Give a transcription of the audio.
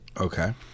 Okay